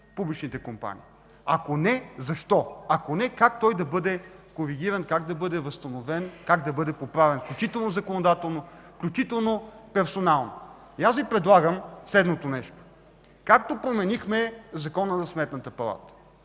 публичните компании? Ако не – защо? Ако не – как той да бъде коригиран, как да бъде възстановен, как да бъде поправен, включително законодателно, включително персонално? Предлагам следното. Както променихме Закона за Сметната палата